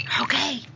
Okay